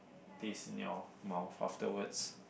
this in your mouth afterwards